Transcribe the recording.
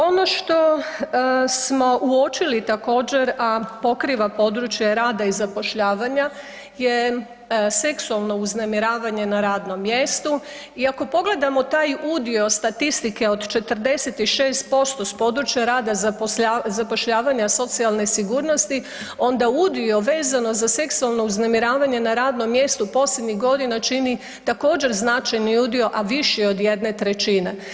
Ono što smo uočili također, a pokriva područje rada i zapošljavanja je seksualno uznemiravanje na radnom mjestu i ako pogledamo taj udio statistike od 46% s područja rada, zapošljavanja i socijalne sigurnosti onda udio vezano za seksualno uznemiravanje na radnom mjestu posljednjih godina čini također značajni udio, a viši je od jedne trećine.